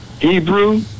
Hebrew